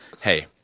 hey